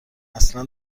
اصلا